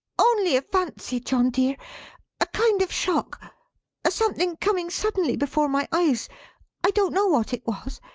only a fancy, john dear a kind of shock a something coming suddenly before my eyes i don't know what it was.